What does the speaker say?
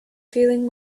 feeling